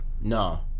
No